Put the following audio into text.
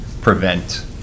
prevent